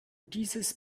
dieses